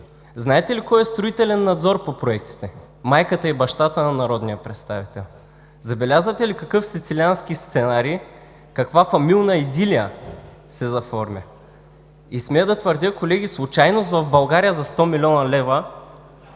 Знаете ли кой е строителен надзор по проектите? Майката и бащата на народния представител. Забелязвате ли какъв сицилиански сценарий, каква фамилна идилия се заформя?! Смея да твърдя, колеги, случайност в България за 100 млн. лв.